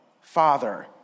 Father